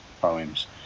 poems